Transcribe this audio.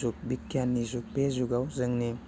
जुग बिगियाननि जुग बे जुगाव जोंनि